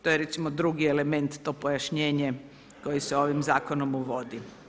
To je recimo drugi element, to pojašnjenje koje se ovim Zakonom uvodi.